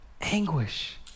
Anguish